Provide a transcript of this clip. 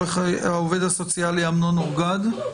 העובד הסוציאלי אמנון אורגד,